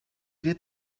did